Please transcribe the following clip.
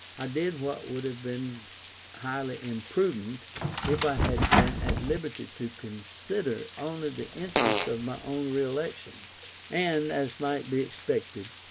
i did what would have been highly imprudent if i had been at liberty to consider only the interests of my own re-election and, as might be expected,